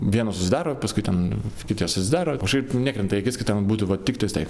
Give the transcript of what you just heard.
vienos uždaro paskui ten kitos atsidaro kažkaip nekrenta į akis kad ten būtų va tiktais taip